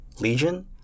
Legion